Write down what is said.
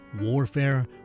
warfare